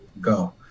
go